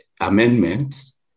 amendments